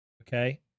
okay